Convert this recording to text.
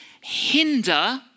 hinder